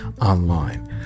online